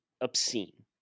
obscene